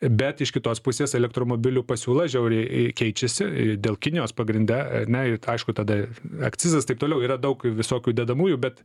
bet iš kitos pusės elektromobilių pasiūla žiauriai keičiasi dėl kinijos pagrinde ane it aišku tada akcizas taip toliau yra daug visokių dedamųjų bet